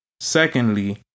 Secondly